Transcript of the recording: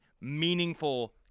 meaningful